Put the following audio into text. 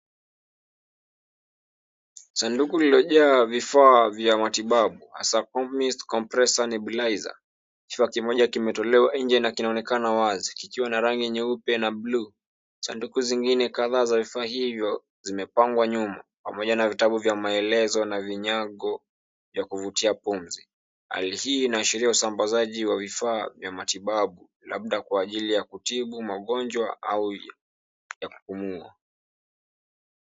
Sanduku lililojaa vifaa vya matibabu hasa compmist compressor nebulizer . Kichwa kimoja kimetolewa nje na kinaonekana wazi kikiwa na rangi nyeupe na buluu. Sanduku nyingine kadhaa za vifaa hivyo zimepangwa nyuma pamoja na vitabu vya maelezo na vinyago vya kuvutia pumzi. Hali hii inaashiria usambazaji wa vifaa vya matibabu. Labda kwa ajili ya kutibu magonjwa au ya kupumua.